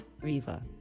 Riva